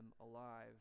alive